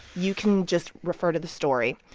you can just refer to the story.